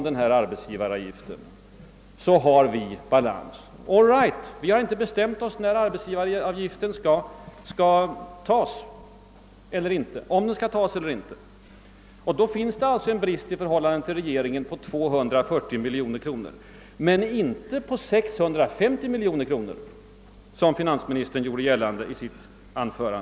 All right, vi har inte bestämt oss för om arbetsgivaravgiften skall tas ut eller ej. Då finns det alltså en brist i förhållande till regeringens förslag på 240 miljoner kronor men inte på 650 miljoner kronor, som finansministern gjorde gällande.